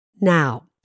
Now